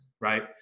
right